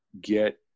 get